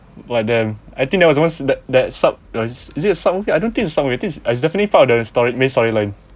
but then I think that was once that that sub is it a sub movie I don't think is sub movie I think is definitely part of the story main storyline